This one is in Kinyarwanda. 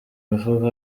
mifuka